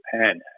Japan